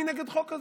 אני נגד חוק כזה.